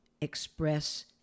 express